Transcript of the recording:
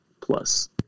plus